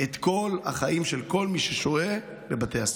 את כל החיים של כל מי ששוהה בבתי הסוהר.